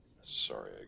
sorry